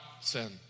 sin